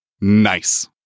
Nice